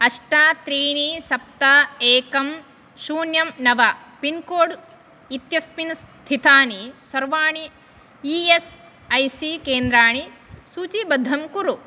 अष्ट त्रीणि सप्त एकम् शून्यं नव पिन् कोड् इत्यस्मिन् स्थितानि सर्वाणि ई एस् ऐ सी केन्द्राणि सूचीबद्धं कुरु